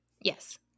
Yes